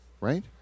right